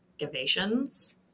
Excavations